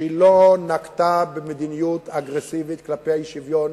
שהיא לא נקטה מדיניות אגרסיבית כלפי האי-שוויון